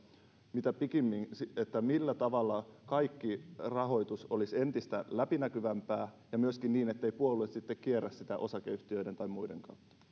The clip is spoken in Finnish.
mitä pikimmin millä tavalla kaikki rahoitus olisi entistä läpinäkyvämpää ja myöskin niin ettei puolue sitten kierrä sitä osakeyhtiöiden tai muiden